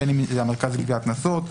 בין אם זה המרכז לגביית קנסות,